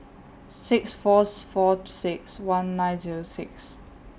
six Fourth four six one nine Zero six